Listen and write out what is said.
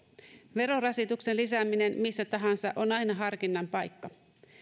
verorasituksen lisääminen missä tahansa on aina harkinnan paikka